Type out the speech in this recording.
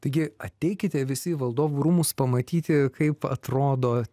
taigi ateikite visi į valdovų rūmus pamatyti kaip atrodo